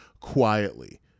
quietly